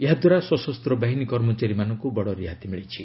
ଏହାଦ୍ୱାରା ସଶସ୍ତ ବାହିନୀ କର୍ମଚାରୀମାନଙ୍କୁ ବଡ଼ ରିହାତି ମିଳିଛି